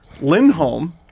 Lindholm